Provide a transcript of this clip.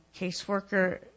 caseworker